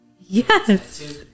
Yes